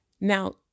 Now